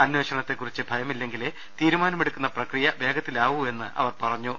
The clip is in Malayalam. അന്വേഷണത്തെക്കുറിച്ച് ഭയമില്ലെങ്കിലേ തീരു മാനമെടുക്കുന്ന പ്രക്രിയ വേഗത്തിലാവൂ എന്ന് ധനമന്ത്രി പറഞ്ഞു